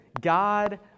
God